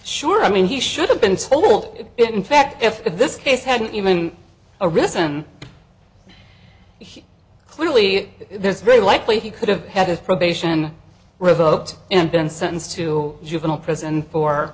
sure i mean he should have been told it in fact if this case hadn't even a reason he clearly there's very likely he could have had a probation revoked and been sentenced to juvenile prison for